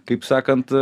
kaip sakant